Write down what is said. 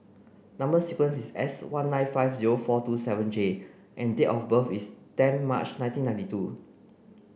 number sequence is S one nine five zero four two seven J and date of birth is ten March nineteen ninety two